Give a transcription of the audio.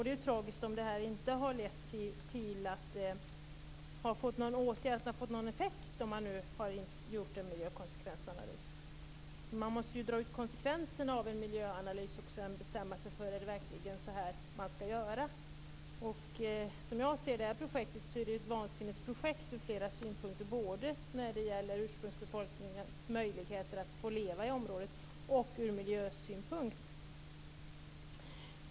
Det är ju tragiskt om det inte har fått någon effekt om man nu har gjort en miljökonsekvensanalys. Man måste ju dra ut konsekvenserna av en miljöanalys och sedan bestämma sig för om det verkligen är så här man skall göra. Som jag ser det är det här ett vansinnesprojekt ur flera synvinklar, både när det gäller ursprungsbefolkningens möjligheter att få leva i området och ur miljösynpunkt.